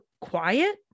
quiet